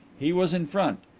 he was in front.